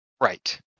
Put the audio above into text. Right